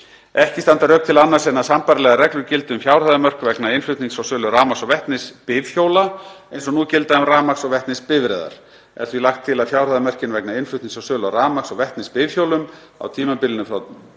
Ekki standa rök til annars en að sambærilegar reglur gildi um fjárhæðarmörk vegna innflutnings og sölu rafmagns- og vetnisbifhjóla eins og nú gilda um rafmagns- og vetnisbifreiðar. Er því lagt til að fjárhæðarmörkin vegna innflutnings og sölu á rafmagns- og vetnisbifhjólum á tímabilinu frá 1.